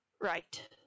Right